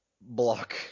block